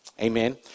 Amen